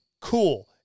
cool